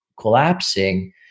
collapsing